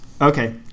Okay